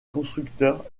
constructeurs